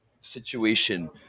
situation